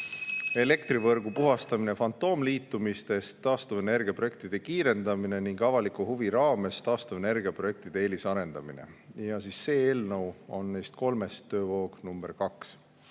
elektrivõrgu puhastamine fantoomliitumistest, taastuvenergia projektide kiirendamine ning avaliku huvi raames taastuvenergia projektide eelisarendamine. See eelnõu on neist kolmest töövoog number